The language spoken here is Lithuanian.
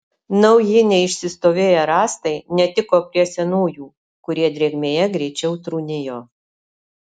nauji neišsistovėję rąstai netiko prie senųjų kurie drėgmėje greičiau trūnijo